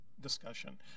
discussion